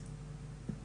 ולפרט.